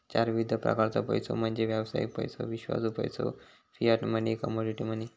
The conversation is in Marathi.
चार विविध प्रकारचो पैसो म्हणजे व्यावसायिक पैसो, विश्वासू पैसो, फियाट मनी, कमोडिटी मनी